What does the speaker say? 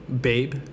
babe